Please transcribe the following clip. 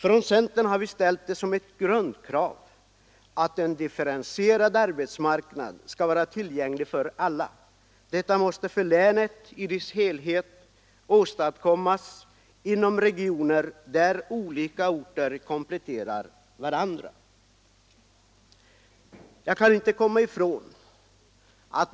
Från centern har vi ställt grundkravet att en differentierad arbetsmarknad skall vara tillgänglig för alla. Detta måste för länet i dess helhet åstadkommas genom att olika orter inom regionerna kompletterar varandra.